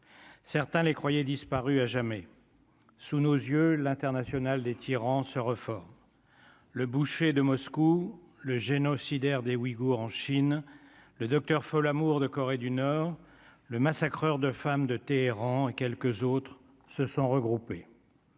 Certains les croyait disparu à jamais sous nos yeux l'international des tyrans se reforme le boucher de Moscou le génocidaire des Ouïgours en Chine, le Docteur Folamour de Corée du Nord, le massacreur de femmes de Téhéran et quelques autres se sont regroupés,